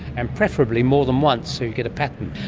and preferably more than once, so you get a pattern.